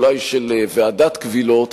אולי של ועדת קבילות,